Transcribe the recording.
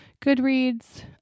Goodreads